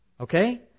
Okay